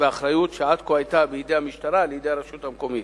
ואחריות שעד כה היתה בידי המשטרה לידי הרשות המקומית,